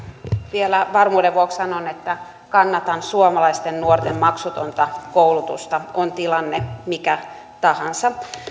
vielä varmuuden vuoksi sanon että kannatan suomalaisten nuorten maksutonta koulutusta on tilanne mikä tahansa